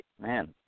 Man